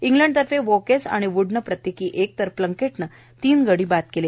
इंग्लंडतर्फे Woakes आणि व्डनं प्रत्येकी एक तर प्लंकेटनं तीन गडी बाद केले